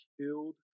killed